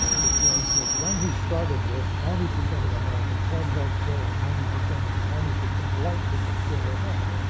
which was that when he started this, ninety percent of americans had healthcare, and ninety percent of the ninety percent liked the healthcare they had.